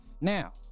Now